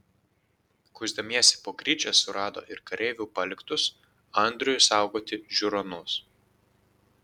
kuisdamiesi po gryčią surado ir kareivių paliktus andriui saugoti žiūronus